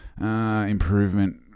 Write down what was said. improvement